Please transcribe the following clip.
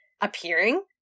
appearing